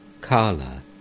Kala